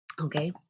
okay